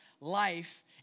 life